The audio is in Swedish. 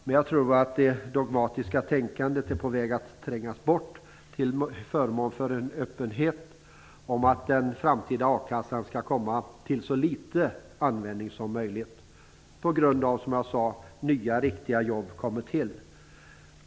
Men jag tror att det dogmatiska tänkandet är på väg att trängas bort till förmån för en öppenhet inför att den framtida a-kassan skall komma till så litet användning som möjligt på grund av att, som jag sade, nya riktiga jobb kommer till.